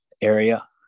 area